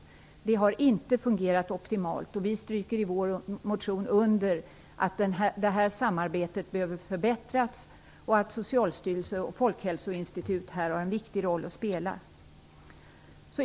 Det samarbetet har inte fungerat optimalt. Vi stryker i vår motion under att det här samarbetet behöver förbättras och att Socialstyrelsen och Folkhälsoinstitutet här har en viktig roll att spela.